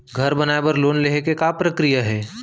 घर बनाये बर लोन लेहे के का प्रक्रिया हे?